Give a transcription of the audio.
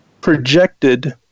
projected